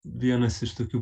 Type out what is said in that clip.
vienas iš tokių